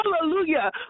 Hallelujah